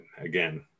again